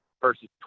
versus